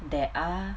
there are